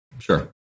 Sure